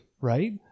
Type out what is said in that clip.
right